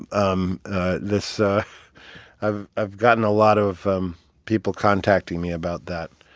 um this ah i've i've gotten a lot of um people contacting me about that